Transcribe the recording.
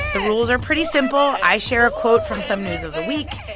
the rules are pretty simple. i share a quote from some news of the week,